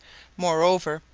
moreover,